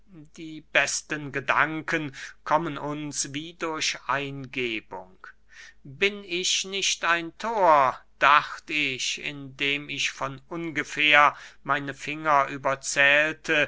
die besten gedanken kommen uns wie durch eingebung bin ich nicht ein thor dacht ich indem ich von ungefähr meine finger